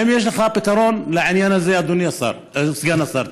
האם יש לך פתרון לעניין הזה, אדוני סגן השר?